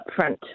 upfront